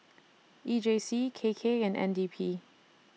E J C K K and N D P